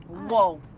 whoa,